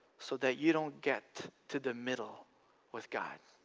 so that you don't get to the middle with god.